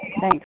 Thanks